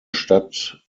stadt